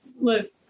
Look